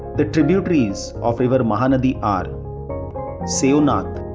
the tributaries of river mahanadi are seonath,